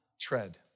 tread